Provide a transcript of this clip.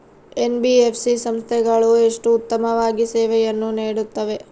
NBFC ಸಂಸ್ಥೆಗಳು ಎಷ್ಟು ಉತ್ತಮವಾಗಿ ಸೇವೆಯನ್ನು ನೇಡುತ್ತವೆ?